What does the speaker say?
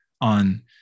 on